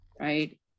right